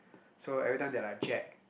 so every time they are like Jack